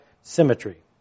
symmetry